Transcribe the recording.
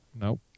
Nope